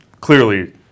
clearly